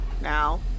now